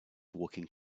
walking